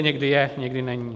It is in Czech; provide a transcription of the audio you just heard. Někdy je, někdy není.